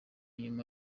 nyuma